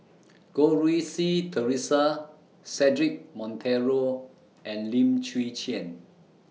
Goh Rui Si Theresa Cedric Monteiro and Lim Chwee Chian